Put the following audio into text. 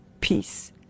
peace